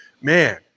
man